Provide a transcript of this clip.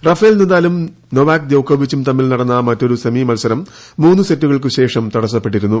Rafale നദാലും Novak ദ്യോകോവിച്ചും തമ്മിൽ നടന്ന മറ്റൊരു സെമി മത്സരം മൂന്ന് സെറ്റുകൾക്ക് ശേഷം തടസ്സപ്പെട്ടിരുന്നു